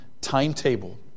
timetable